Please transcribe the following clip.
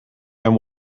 and